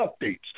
updates